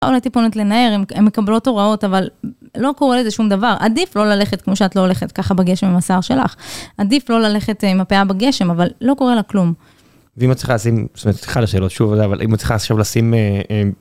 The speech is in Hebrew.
אולי טיפונות לנער, הן מקבלות הוראות, אבל לא קורה לזה שום דבר. עדיף לא ללכת כמו שאת לא הולכת, ככה בגשם עם השיער שלך. עדיף לא ללכת עם הפאה בגשם, אבל לא קורה לה כלום. ואם את צריכה לשים, זאת אומרת, סליחה על השאלות שוב, אבל אם את צריכה עכשיו לשים...